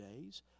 days